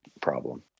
problem